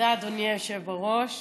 חברת הכנסת מירב בן ארי, איך תוותרי?